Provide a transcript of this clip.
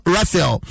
Raphael